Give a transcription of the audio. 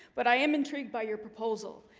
but i am intrigued by your proposal